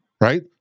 right